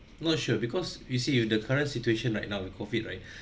not sure because you see if the current situation right now with COVID right